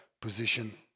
Position